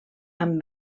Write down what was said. amb